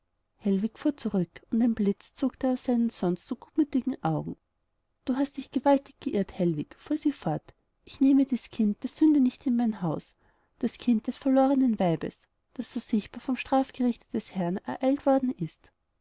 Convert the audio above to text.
hellwig fuhr zurück und ein blitz zuckte aus seinen sonst so gutmütigen augen du hast dich gewaltig geirrt hellwig fuhr sie fort ich nehme dies kind der sünde nicht in mein haus das kind eines verlorenen weibes das so sichtbar vom strafgerichte des herrn ereilt worden ist